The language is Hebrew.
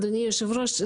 אדוני היושב-ראש,